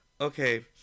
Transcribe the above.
okay